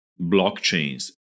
blockchains